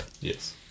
Yes